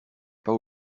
pas